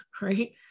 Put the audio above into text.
Right